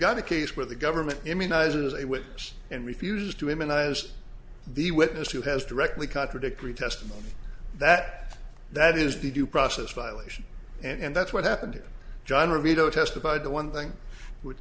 got a case where the government immunizes a witness and refuses to him and i as the witness who has directly contradictory testimony that that is the due process violation and that's what happened to john romita testified the one thing w